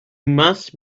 must